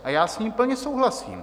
A já s ním plně souhlasím.